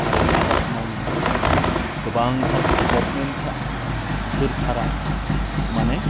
आरो आबाद मावनायाव गोबांथार गभर्नमेन्टफ्रा सोरखारा माने